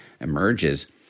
emerges